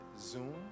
Zoom